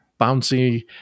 bouncy